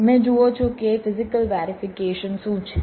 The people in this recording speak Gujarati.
તમે જુઓ છો કે ફિઝીકલ વેરિફીકેશન શું છે